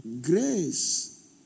Grace